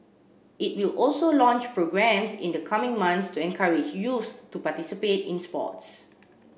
it will also launch programmes in the coming months to encourage youths to participate in sports